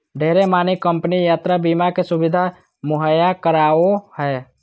ढेरे मानी कम्पनी यात्रा बीमा के सुविधा मुहैया करावो हय